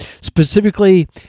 specifically